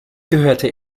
gehörte